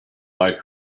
like